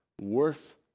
worth